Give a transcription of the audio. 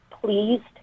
pleased